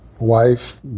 wife